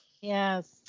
Yes